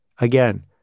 Again